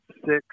six